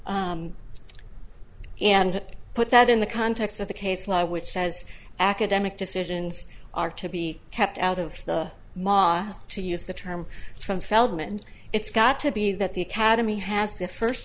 s and put that in the context of the case law which says academic decisions are to be kept out of the mosque to use the term from feldman it's got to be that the academy has the first